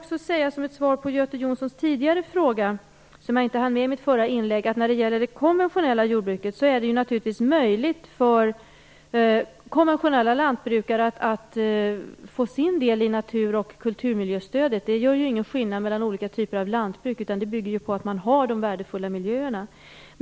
Som ett svar på Göte Jonssons tidigare fråga, som jag inte hann besvara i mitt förra inlägg, vill jag säga att det när det gäller det konventionella jordbruket naturligtvis är möjligt för dessa lantbrukare att få sin del av natur och kulturmiljöstödet. Det är ingen skillnad mellan olika typer av lantbruk, utan det hela bygger på att man har värdefulla miljöer.